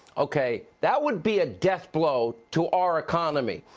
okay, that would be a death blow to our economy.